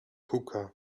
hookah